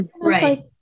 right